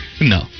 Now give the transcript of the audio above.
No